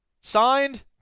Signed